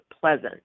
pleasant